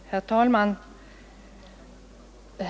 Herr talman!